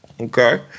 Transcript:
Okay